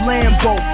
Lambo